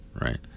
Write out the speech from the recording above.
right